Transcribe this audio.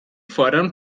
fordern